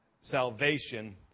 Salvation